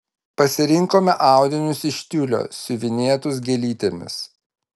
pasirinkome audinius iš tiulio siuvinėtus gėlytėmis